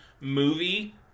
movie